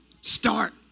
start